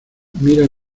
mira